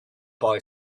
boy